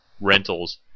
rentals